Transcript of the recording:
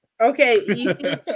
Okay